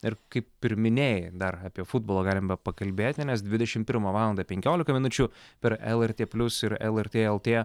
ir kaip ir minėjai dar apie futbolą galima pakalbėti nes dvidešim pirmą valandą penkiolika minučių per lrt plius ir lrt lt